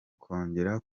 kongera